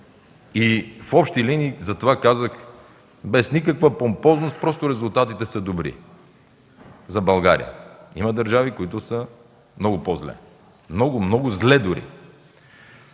В общи линии затова казах, без никаква помпозност, че резултатите са добри за България. Има държави, които са много по-зле – много, много зле дори.